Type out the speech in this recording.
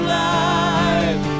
life